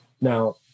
Now